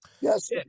yes